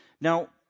now